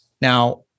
Now